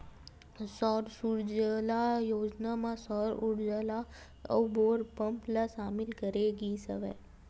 सौर सूजला योजना म सौर उरजा अउ बोर पंप ल सामिल करे गिस हवय